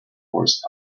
horse